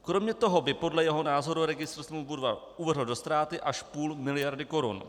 Kromě toho by podle jeho názoru registr smluv Budvar uvrhl do ztráty až půl miliardy korun.